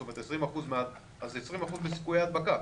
זאת אומרת 20%, אז זה 20% מסיכוי ההדבקה.